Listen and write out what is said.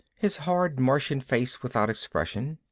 his hard martian face without expression.